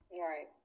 Right